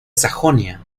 sajonia